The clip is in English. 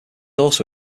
also